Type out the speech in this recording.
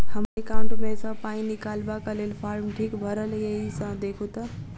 हम्मर एकाउंट मे सऽ पाई निकालबाक लेल फार्म ठीक भरल येई सँ देखू तऽ?